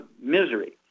misery